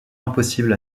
impossible